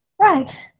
Right